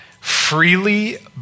freely